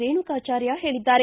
ರೇಣುಕಾಚಾರ್ಯ ಹೇಳಿದ್ದಾರೆ